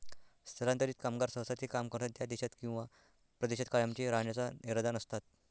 स्थलांतरित कामगार सहसा ते काम करतात त्या देशात किंवा प्रदेशात कायमचे राहण्याचा इरादा नसतात